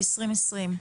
ב- 2020?